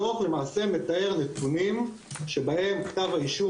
הדוח למעשה מתאר נתונים שבהם כתב האישום